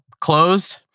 closed